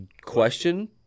question